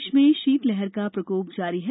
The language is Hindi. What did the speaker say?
प्रदेश में शीतलहर का प्रकोप है